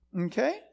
Okay